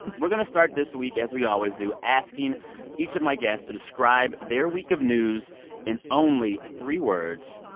we're going to start this week, as we always do, asking each of my guests to describe their week of news in only three words.